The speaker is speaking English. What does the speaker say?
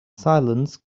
silence